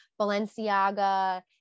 Balenciaga